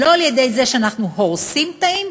לא על-ידי זה שאנחנו הורסים תאים,